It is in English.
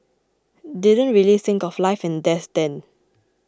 didn't really think of life and death then